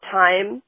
time